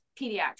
pediatrics